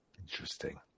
interesting